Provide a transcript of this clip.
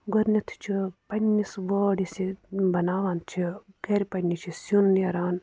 گۄڈٕنٮ۪تھٕے چھِ پنٛنِس وٲر یُس یہِ بَناوان چھِ گَرِ پنٛنہِ چھِ سیُن نیران